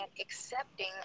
accepting